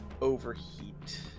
overheat